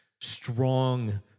strong